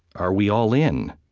are we all in?